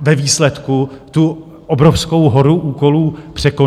ve výsledku tu obrovskou horu úkolů překonat.